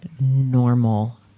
normal